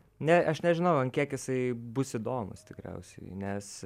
ne aš nežinau ant kiek jisai bus įdomus tikriausiai nes